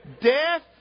Death